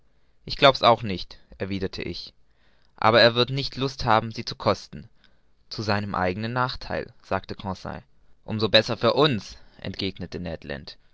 ich glaub's nicht erwiderte ich aber er wird nicht lust haben sie zu kosten zu seinem eigenen nachtheil sagte conseil um so besser für uns entgegnete